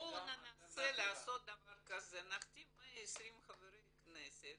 בואו נעשה דבר כזה, נחתים 120 חברי כנסת